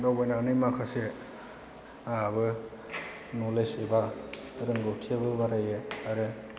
दावबायनानै माखासे आंहाबो न'लेज एबा रोंगौथियाबो बारायो आरो